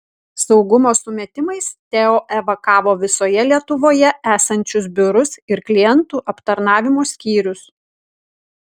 saugumo sumetimais teo evakavo visoje lietuvoje esančius biurus ir klientų aptarnavimo skyrius